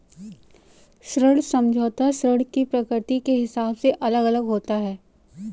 ऋण समझौता ऋण की प्रकृति के हिसाब से अलग अलग होता है